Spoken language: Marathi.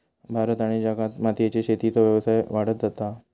भारत आणि जगात मोतीयेच्या शेतीचो व्यवसाय वाढत जाता हा